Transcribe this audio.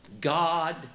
God